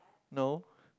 no